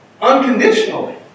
unconditionally